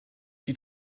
die